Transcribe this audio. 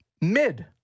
mid